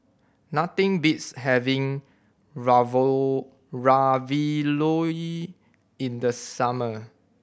nothing beats having Ravioli in the summer